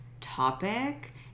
topic